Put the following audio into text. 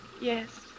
Yes